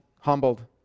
humbled